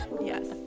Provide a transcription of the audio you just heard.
Yes